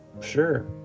Sure